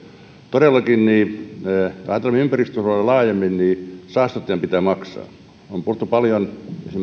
todellakin kun ajattelemme ympäristönsuojelua laajemmin saastuttajan pitää maksaa on puhuttu paljon esimerkiksi maailmanlaajuisesta